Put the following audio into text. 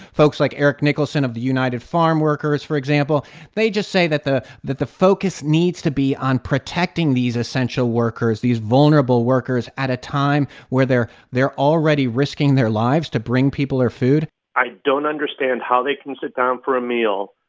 folks like erik nicholson of the united farm workers, for example they just say that the that the focus needs to be on protecting these essential workers, these vulnerable workers, at a time where they're they're already risking their lives to bring people their food i don't understand how they can sit down for a meal,